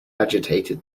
agitated